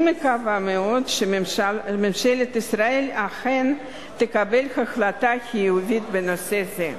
ואני מקווה מאוד שממשלת ישראל אכן תקבל החלטה חיובית בנושא זה.